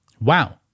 Wow